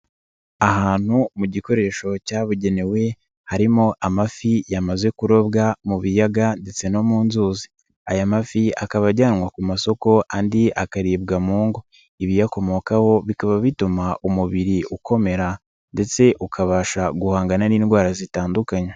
Ahantu mu gikoresho cyabugenewe harimo amafi yamaze kurobwa mu biyaga ndetse no mu nzuzi, aya mafi akaba ajyanwa ku masoko andi akaribwa mu ngo, ibiyakomokaho bikaba bituma umubiri ukomera ndetse ukabasha guhangana n'indwara zitandukanye.